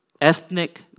ethnic